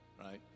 right